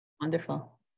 Wonderful